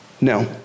No